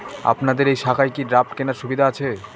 আপনাদের এই শাখায় কি ড্রাফট কেনার সুবিধা আছে?